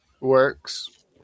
works